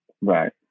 right